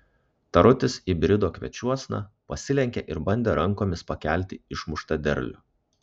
tarutis įbrido kviečiuosna pasilenkė ir bandė rankomis pakelti išmuštą derlių